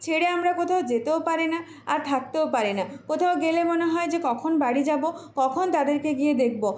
ছেড়ে আমরা কোথাও যেতেও পারি না আর থাকতেও পারি না কোথাও গেলে মনে হয় যে কখন বাড়ি যাব কখন তাদেরকে গিয়ে দেখব